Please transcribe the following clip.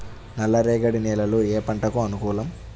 నల్ల రేగడి నేలలు ఏ పంటకు అనుకూలం?